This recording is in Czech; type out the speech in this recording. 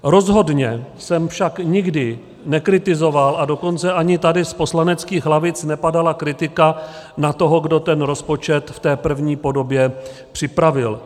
Rozhodně jsem však nikdy nekritizoval, a dokonce ani tady z poslaneckých lavic nepadala kritika na toho, kdo ten rozpočet v té první podobě připravil.